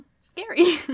scary